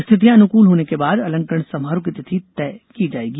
स्थितियां अनुकूल होने के बाद अलंकरण समारोह की तिथि तय की जाएगी